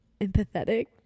empathetic